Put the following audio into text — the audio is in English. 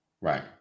right